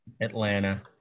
Atlanta